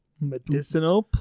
Medicinal